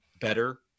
better